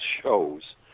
shows